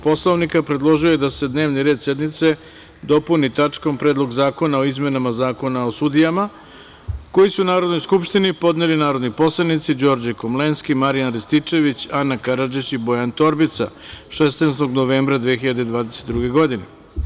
Poslovnika, predložio je da se dnevni red sednice dopuni tačkom Predlog zakona o izmenama Zakona o sudijama, koji su Narodnoj skupštini podneli narodni poslanici Đorđe Komlenski, Marijan Rističević, Ana Karadžić i Bojan Torbica 16. novembra 2020. godine.